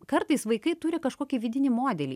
kartais vaikai turi kažkokį vidinį modelį